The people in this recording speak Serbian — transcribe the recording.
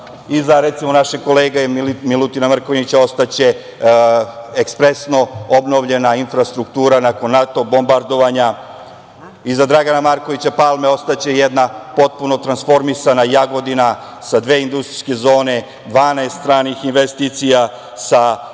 Iza, recimo, našeg kolege Milutina Mrkonjića ostaće ekspresno obnovljena infrastruktura nakon NATO bombardovanja. Iza Dragana Markovića Palme ostaće jedna potpuno tranformisana Jagodina, sa dve industrijske zone, 12 stranih investicija, sa jednom